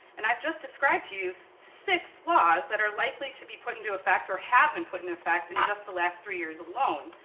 and i've just described to you, six laws that are likely to be put into effect or have been put in effect in just the last three years alone,